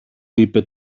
είπε